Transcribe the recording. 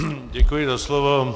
Děkuji za slovo.